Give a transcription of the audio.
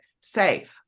say